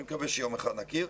אבל אני מקווה שיום אחד נכיר.